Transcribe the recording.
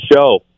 show